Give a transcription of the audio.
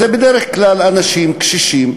בדרך כלל אנשים קשישים,